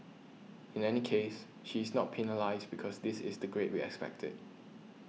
in any case she's not penalised because this is the grade we expected